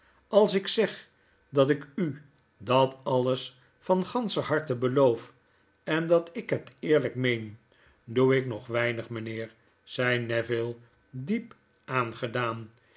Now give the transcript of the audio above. als ik zeg dat ik u dat alles van ganscher harte beloof en dat ik het eerlijk meen doe ik nog weinig mynheer zei neville diep aangedaan